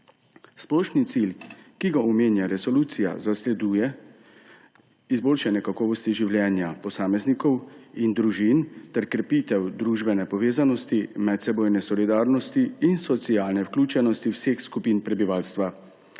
Splošni cilj, ki ga omenja resolucija, zasleduje izboljšanje kakovosti življenja posameznikov in družin ter krepitev družbene povezanosti, medsebojne solidarnosti in socialne vključenosti vseh skupin prebivalstva.